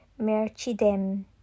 merchidem